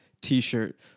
t-shirt